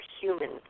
human